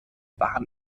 waren